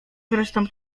zresztą